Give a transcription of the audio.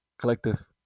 collective